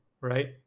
right